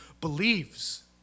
believes